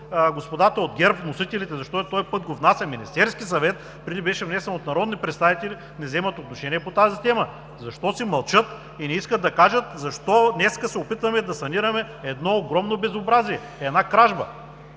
господата от ГЕРБ, вносителите, защото този път го внася Министерският съвет, преди беше внесен от народни представители, не вземат отношение по тази тема. Защо си мълчат и не искат да кажат защо днес се опитваме да санираме едно огромно безобразие, една кражба?